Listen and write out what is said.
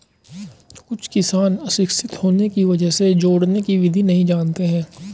कुछ किसान अशिक्षित होने की वजह से जोड़ने की विधि नहीं जानते हैं